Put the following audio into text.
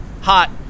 hot